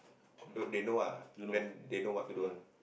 they know ah then they know what to do ah